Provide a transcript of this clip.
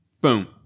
Boom